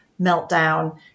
meltdown